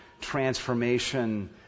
transformation